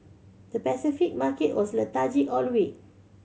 the Pacific market was lethargic all week